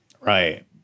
Right